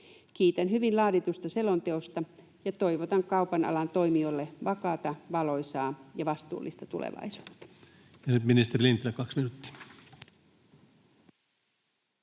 Kiitän hyvin laaditusta selonteosta, ja toivotan kaupan alan toimijoille vakaata, valoisaa ja vastuullista tulevaisuutta.